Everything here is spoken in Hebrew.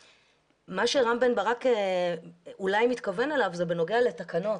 מה שרם בן ברק אולי מתכוון אליו זה בנוגע לתקנות,